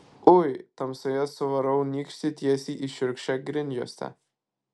ui tamsoje suvarau nykštį tiesiai į šiurkščią grindjuostę